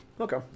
Okay